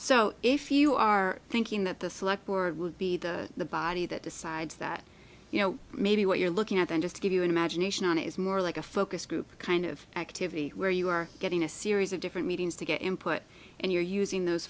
so if you are thinking that the select board would be the the body that decides that you know maybe what you're looking at then just to give you imagination on is more like a focus group kind of activity where you are getting a series of different meetings to get input and you're using those